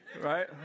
right